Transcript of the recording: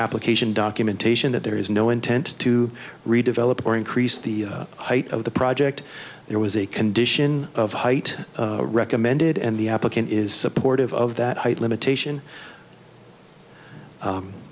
application documentation that there is no intent to redevelop or increase the height of the project there was a condition of height recommended and the application is supportive of that limitation